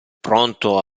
pronto